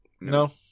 No